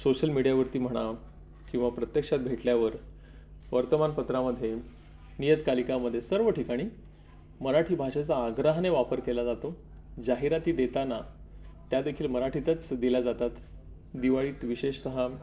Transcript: social मीडियावरती म्हणा किंवा प्रत्यक्षात भेटल्यावर वर्तमानपत्रामध्ये नियतकालिकामध्ये सर्व ठिकाणी मराठी भाषेचा आग्रहाने वापर केला जातो जाहिराती देताना त्या देखील मराठीतच दिल्या जातात दिवाळीत विशेषतः